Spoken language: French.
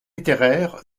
littéraire